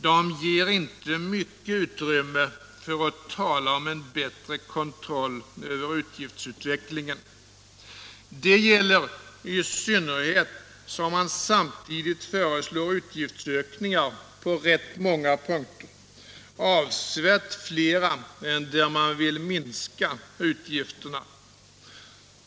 De ger inte mycket utrymme för att tala om en bättre kontroll över utgiftsutvecklingen. Detta gäller i synnerhet då man samtidigt föreslår utgiftsökningar på rätt många punkter, avsevärt flera än där man vill minska utgifterna.